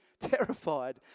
terrified